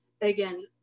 again